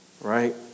right